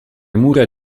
mura